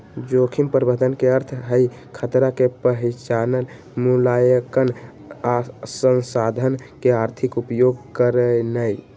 जोखिम प्रबंधन के अर्थ हई खतरा के पहिचान, मुलायंकन आ संसाधन के आर्थिक उपयोग करनाइ